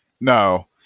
No